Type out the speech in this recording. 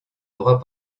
droit